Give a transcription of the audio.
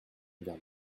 vers